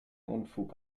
unfug